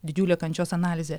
didžiulė kančios analizė